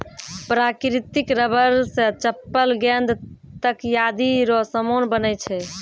प्राकृतिक रबर से चप्पल गेंद तकयादी रो समान बनै छै